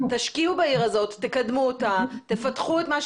תשקיעו בעיר הזאת, תקדמו אותה ותפתחו את מה שאפשר.